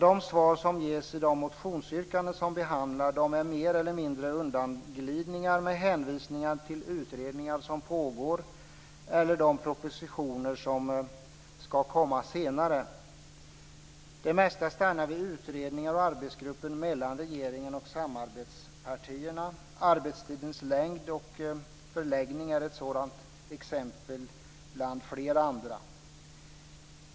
De svar som ges på motionsyrkandena är mer eller mindre undanglidningar med hänvisning till utredningar som pågår eller till den proposition som ska komma senare. Det mesta stannar vid utredningar och arbetsgrupper med regeringen och samarbetspartierna. Arbetstidens längd och förläggning är ett sådant exempel bland flera andra.